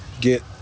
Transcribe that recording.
get